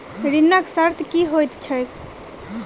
ऋणक शर्त की होइत छैक?